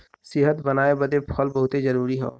सेहत बनाए बदे फल बहुते जरूरी हौ